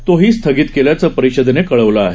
तोही स्थगित केल्याच परिषदेनं कळवलं आहे